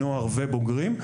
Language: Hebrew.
נוער ובוגרים.